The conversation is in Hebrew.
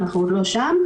אנחנו עוד לא שם,